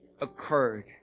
occurred